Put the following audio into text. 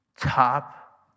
top